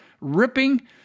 ripping